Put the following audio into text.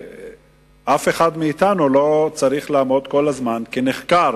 אף אחד מאתנו לא צריך לעמוד כל הזמן כנחקר